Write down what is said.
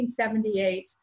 1978